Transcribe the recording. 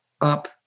up